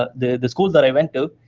ah the the school that i went to,